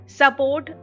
support